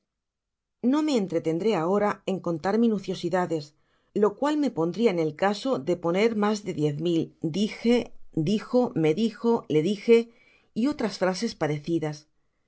no me entretendré ahora en contar minuciosidades lo cual me pondria en el caso de poner mas de diez mil dije dijo me dijo ldije y otras frases parecidas mas